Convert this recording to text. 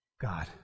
God